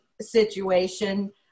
situation